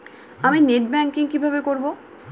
আমি net banking কিভাবে করব?